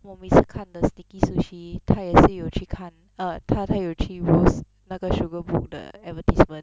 我每次看的 sneaky sushi 他也是有去看 err 他他有去 roast 那个 sugar book 的 advertisement